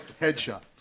headshot